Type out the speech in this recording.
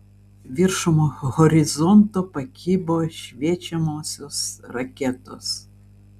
viršum horizonto pakibo šviečiamosios raketos